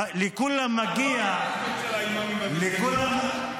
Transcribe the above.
לכולם מגיע ------ של האימאמים במסגדים --- מה?